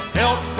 help